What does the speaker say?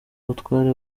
butwari